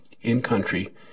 in-country